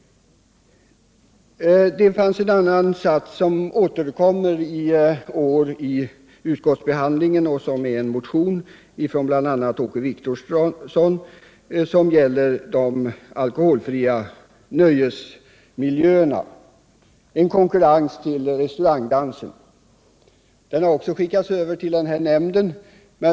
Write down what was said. Det fanns en annan formulering som återkommer i utskottsbehandlingen och som är tagen från en motion av bl.a. Åke Wictorsson. Den gäller de alkoholfria nöjesmiljöerna, en konkurrent till restaurangdansen. Motionen har också skickats över till den här nämnden.